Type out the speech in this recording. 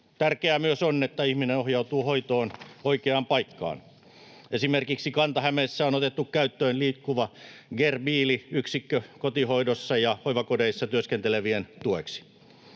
Tärkeää myös on, että ihminen ohjautuu hoitoon oikeaan paikkaan. Esimerkiksi Kanta-Hämeessä on otettu käyttöön liikkuva GerBiili-yksikkö kotihoidossa ja hoivakodeissa työskentelevien tueksi.